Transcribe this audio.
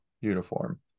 uniform